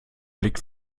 blick